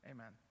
Amen